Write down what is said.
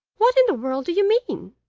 what in the world do you mean